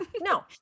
no